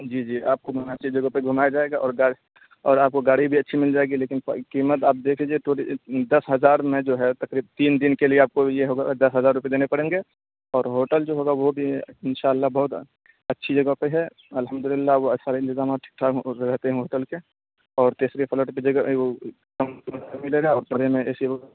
جی جی جی آپ کو بہت سی جگہوں پہ گھمایا جائے گا اور اور آپ کو گاڑی بھی اچھی مل جائے گی لیکن قیمت آپ دیکھ لیجیے تھوڑی دس ہزار میں جو ہے تین دن کے لیے آپ کو یہ ہوگا دس ہزار روپیے دینے پڑیں گے اور ہوٹل جو ہوگا وہ بھی انشاء اللہ بہت اچھی جگہ پہ ہے الحمد للہ بہت سارے انتظامات ٹھیک ٹھاک رہتے ہیں ہوٹل کے اور تیسرے فلیٹ کی جگہ ملے گا اور سارے میں اے سی ہو